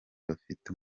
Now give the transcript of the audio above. bafite